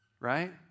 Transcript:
Right